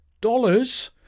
dollars